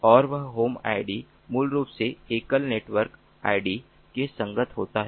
और वह home ID मूल रूप से एकल नेटवर्क आईडी के संगत होता है